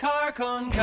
Carcon